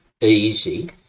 easy